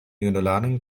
junularan